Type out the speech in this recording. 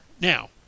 Now